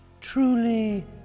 Truly